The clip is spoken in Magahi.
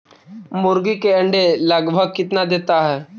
मुर्गी के अंडे लगभग कितना देता है?